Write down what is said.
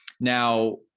Now